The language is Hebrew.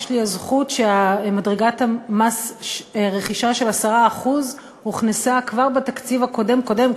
יש לי הזכות שמדרגת מס רכישה של 10% הוכנסה כבר בתקציב הקודם-קודם,